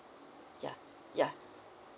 ya ya